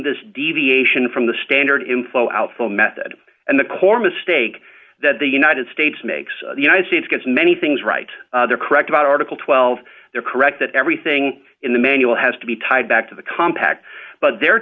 this deviation from the standard inflow outflow method and the core mistake that the united states makes the united states gets many things right there correct about article twelve they're correct that everything in the manual has to be tied back to the compact but they're